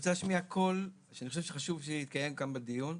רוצה להשמיע קול שחשוב שיישמע בדיון.